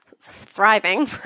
thriving